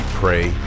pray